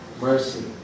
mercy